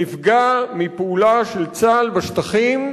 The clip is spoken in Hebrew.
נפגע מפעולה של צה"ל בשטחים,